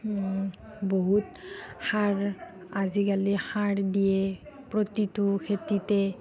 বহুত সাৰ আজিকালি সাৰ দিয়ে প্ৰতিটো খেতিতে